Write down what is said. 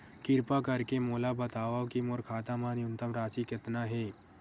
किरपा करके मोला बतावव कि मोर खाता मा न्यूनतम राशि कतना हे